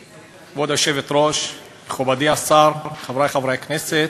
כבוד היושבת-ראש, מכובדי השר, חברי חברי הכנסת,